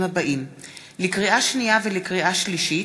לקריאה שנייה ולקריאה שלישית: